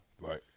Right